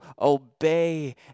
obey